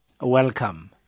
Welcome